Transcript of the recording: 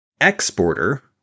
Exporter